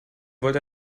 wollte